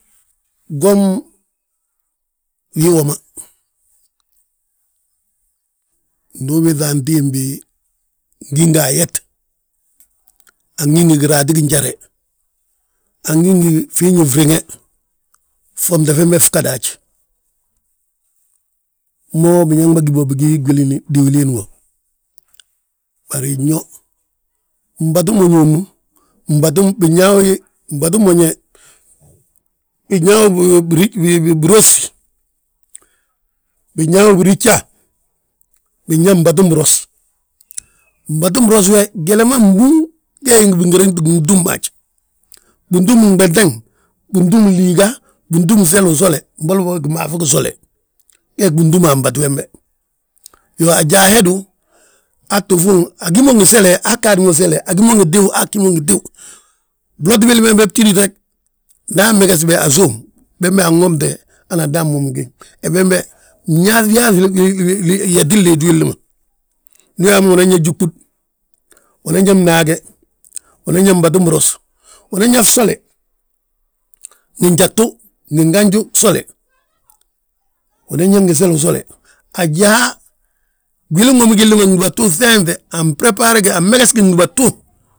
Gwom, gii woma, ndu ubiiŧa antimbi, ngí nga ayet, angí ngi giraati gijare, angí ngi fiiñi friŋe, ffomte fembe fgadaj. Mo biñaŋ bà gi bo bigii gwilin diwiliin wo, bari nyo mbatu moñu wommu. Mbatu binyaa wi, mbatu moñe, binyaa wi biros, biyaa wi birijja, binyaa mbatu buros. Mbatu buros we gweleman nbúŋ gee gi binriŋ, gee gi bingi túm mo haj, bintúm gmenten, bintúm liiga, bintúm solu usole, mboli gimaafi gisole. We bintúm a mbatu wembe, iyoo ajaa hedu, aa tti fuuŋ agí mo ngi sele, aa ggaadi mo sele, agí mo ngi tíw, aa ggí mo ngi tíw; Bloti billi be btídi reg. Nda amegesi bi asów, bembe anwomte, hana adaa momi giŋ. Wembe wi yaaŧi yaaŧi yetin liiti willi ma; Ndu uyaa mo unan yaa júɓúd, unan bnaage, unan yaa mbatu buros, unan yaa fsole, ngi gjagtu, ngi ganju, gsole, unan yaa ngi selu usole. Ajaa, gwilin womi gilli ma gdúbatu, ŧenŧe anbberebare gi, anmeges gi gdúbatu.